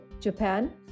Japan